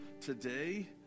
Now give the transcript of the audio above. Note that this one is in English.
today